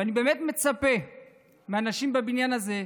ואני באמת מצפה מהאנשים בבניין הזה,